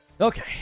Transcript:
Okay